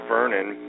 Vernon